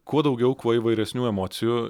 kuo daugiau kuo įvairesnių emocijų